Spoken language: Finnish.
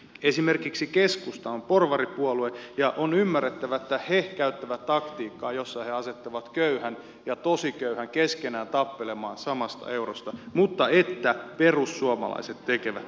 esimerkiksi keskusta on porvaripuolue ja on ymmärrettävää että he käyttävät taktiikkaa jossa he asettavat köyhän ja tosi köyhän keskenään tappelemaan samasta eurosta mutta että perussuomalaiset tekevät tämän